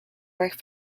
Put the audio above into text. work